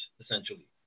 essentially